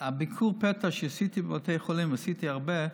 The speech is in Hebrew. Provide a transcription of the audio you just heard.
בביקור פתע שעשיתי בבתי חולים, עשיתי הרבה,